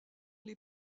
les